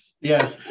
yes